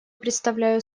предоставляю